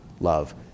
love